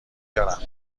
دارم